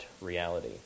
reality